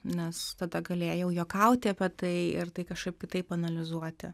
nes tada galėjau juokauti apie tai ir tai kažkaip kitaip analizuoti